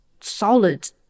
solid